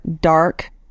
dark